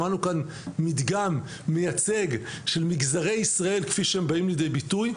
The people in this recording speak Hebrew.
שמענו כאן מדגם מייצג של מגזרי ישראל כפי שהם באים לידי ביטוי,